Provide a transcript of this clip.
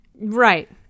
right